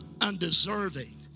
undeserving